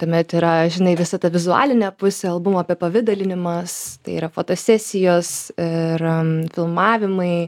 tuomet yra žinai visa ta vizualinė pusė albumo apipavidalinimas tai yra fotosesijos ir filmavimai